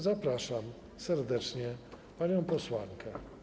Zapraszam serdecznie panią posłankę.